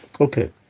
Okay